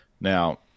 Now